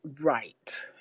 Right